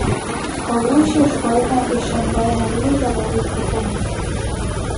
skolų išieškojimo iš mb narių ir vadovų ypatumai